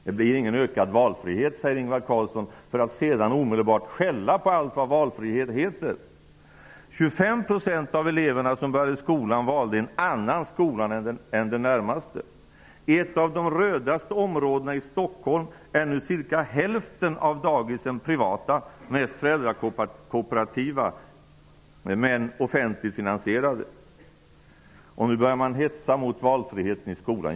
Det blir ingen ökad valfrihet säger Ingvar Carlsson, för att sedan omedelbart övergå till att skälla på allt vad valfrihet heter. 25 % av de elever som började skolan valde en annan skola än den närmaste. I ett av de rödaste områdena i Stockholm är nu cirka hälften av daghemmen privata, mest föräldrakooperativ som är offentligt finansierade. Nu börjar man att hetsa mot valfriheten i skolan.